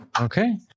okay